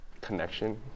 connection